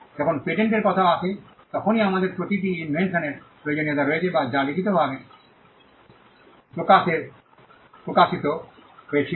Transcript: যখন পেটেন্টের কথা আসে তখনই আমাদের প্রতিটি ইনভেনশন এর প্রয়োজনীয়তা রয়েছে যা লিখিতভাবে প্রকাশ্যে প্রকাশিত হয়েছিল